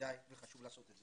כדאי וחשוב לעשות את זה.